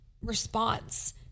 response